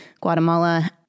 Guatemala